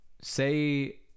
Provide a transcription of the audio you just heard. Say